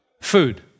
food